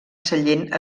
sallent